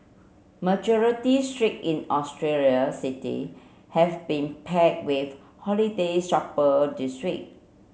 majority street in Australian city have been pack with holiday shopper this week